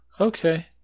Okay